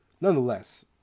Nonetheless